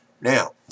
Now